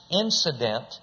incident